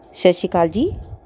ਸਤਿ ਸ਼੍ਰੀ ਅਕਾਲ ਜੀ